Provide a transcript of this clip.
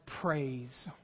praise